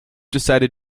decided